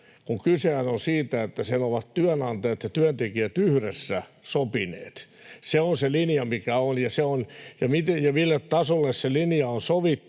kun kysehän on siitä, että sen ovat työnantajat ja työntekijät yhdessä sopineet. Se on se linja, mikä on, ja mille tasolle se linja on sovittu,